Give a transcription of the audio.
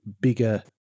bigger